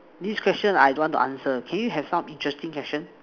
do you special I don't want to answer can you have thought interesting question